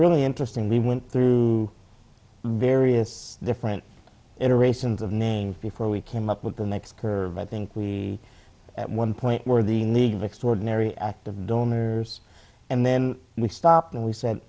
really interesting we went through various different iterations of names before we came up with the next curve i think we at one point were the need of extraordinary act of donors and then we stopped and we said